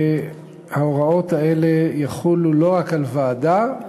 וההוראות האלה יחולו לא רק על ועדה,